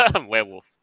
werewolf